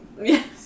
Yes